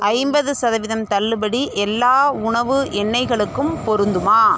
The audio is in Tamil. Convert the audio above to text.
ஐம்பது சதவீதம் தள்ளுபடி எல்லா உணவு எண்ணெய்களுக்கும் பொருந்துமா